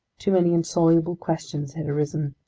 too many insoluble questions had arisen,